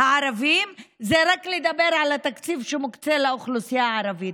הערבים זה רק לדבר על התקציב שמוקצה לאוכלוסייה הערבית.